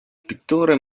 pittore